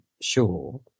sure